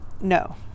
No